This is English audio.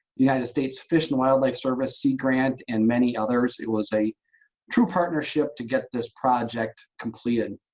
united states fish and wildlife service, sea grant, and many others. it was a true partnership to get this project completed.